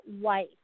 white